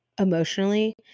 emotionally